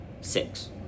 Six